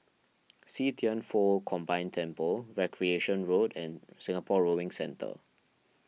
See Thian Foh Combined Temple Recreation Road and Singapore Rowing Centre